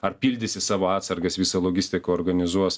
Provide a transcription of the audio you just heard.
ar pildysis savo atsargas visą logistiką organizuos